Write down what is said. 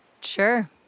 Sure